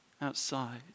outside